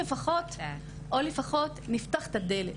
או שלפחות נפתח את הדלת.